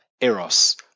Eros